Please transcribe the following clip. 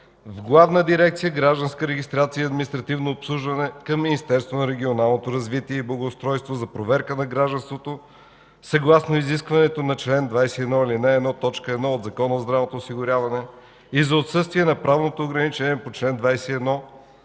в Главна дирекция „Гражданска регистрация и административно обслужване” към Министерството на регионалното развитие и благоустройството за проверка на гражданството, съгласно изискването на чл. 21, ал. 1, т. 1 от Закона за здравното осигуряване и за отсъствие на правното ограничение по чл. 21,